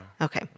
Okay